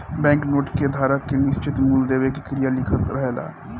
bank note पर धारक के निश्चित मूल देवे के क्रिया लिखल रहेला